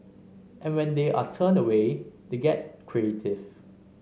and when they are turned away they get creative